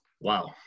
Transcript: Wow